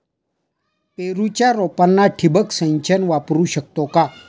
पेरूच्या रोपांना ठिबक सिंचन वापरू शकतो का?